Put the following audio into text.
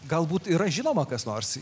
galbūt yra žinoma kas nors